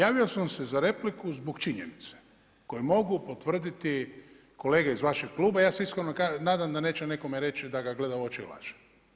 A javio sam se za repliku zbog činjenice koju mogu potvrditi kolege iz vašeg kluba, ja se iskreno nadam da neće nekome reći da ga gleda u oči i laže.